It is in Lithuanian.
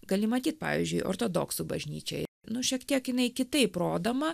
gali matyt pavyzdžiui ortodoksų bažnyčia nu šiek tiek jinai kitaip rodoma